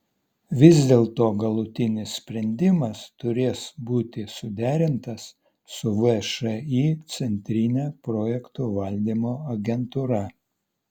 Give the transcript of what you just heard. vis dėlto galutinis sprendimas turės būti suderintas su všį centrine projektų valdymo agentūra